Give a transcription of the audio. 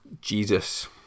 Jesus